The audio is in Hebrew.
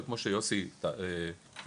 וכמו שיוסי תיאר,